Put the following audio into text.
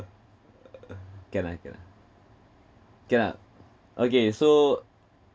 can ah can lah can lah okay so